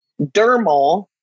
dermal